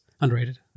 underrated